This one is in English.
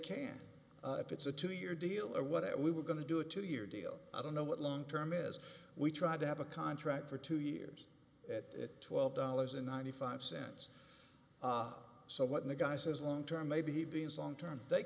can if it's a two year deal or whatever we were going to do a two year deal i don't know what long term is we try to have a contract for two years that twelve dollars and ninety five cents so when the guy says long term maybe beings long term they